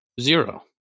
Zero